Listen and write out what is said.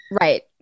Right